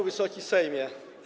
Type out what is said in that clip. Wysoki Sejmie!